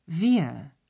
wir